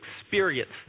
experience